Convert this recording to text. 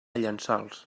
llençols